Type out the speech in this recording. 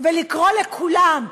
ולקרוא לכולם: